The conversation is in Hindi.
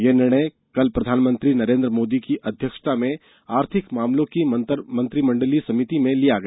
यह निर्णय कल प्रधानमंत्री नरेन्द्र मोदी के अध्यक्षता में आर्थिक मामलों की मंत्रिमंडलीय समिति में लिया गया